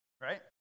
right